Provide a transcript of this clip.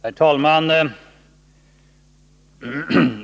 Herr talman!